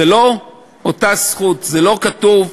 זו לא אותה זכות, זה לא כתוב,